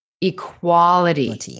equality